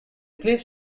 cliffs